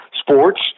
sports